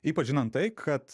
ypač žinant tai kad